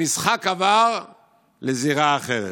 המשחק עבר לזירה אחרת.